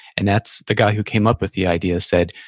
and that's, the guy who came up with the idea said,